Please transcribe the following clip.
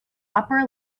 upper